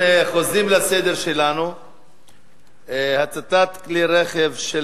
לסדר שלנו, הצתת כלי רכב של